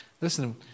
listen